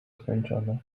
skończone